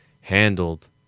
handled